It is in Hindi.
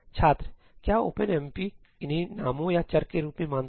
छात्रक्या ओपनएमपी इन्हें नामों या चर के रूप में मानता है